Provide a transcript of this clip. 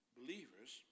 believers